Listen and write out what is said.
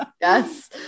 Yes